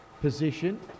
position